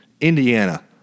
Indiana